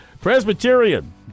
Presbyterian